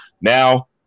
Now –